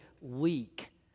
weak